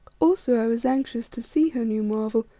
also i was anxious to see her new marvel,